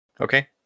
Okay